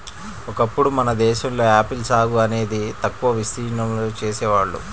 ఒకప్పుడు మన దేశంలో ఆపిల్ సాగు అనేది తక్కువ విస్తీర్ణంలో చేసేవాళ్ళు